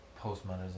postmodernism